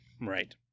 Right